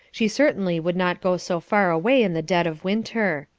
she certainly would not go so far away in the dead of winter.